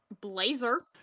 Blazer